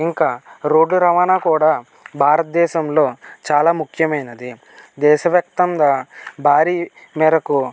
ఇంకా రోడ్లు రవాణా కూడా భారతదేశంలో చాలా ముఖ్యమైనది దేశవ్యాప్తంగా భారీ మేరకు